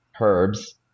herbs